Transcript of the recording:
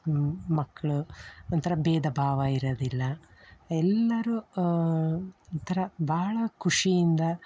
ಮಕ್ಕಳು ಒಂಥರ ಭೇದಭಾವ ಇರೋದಿಲ್ಲ ಎಲ್ಲರೂ ಒಂಥರ ಭಾಳ ಖುಷಿಯಿಂದ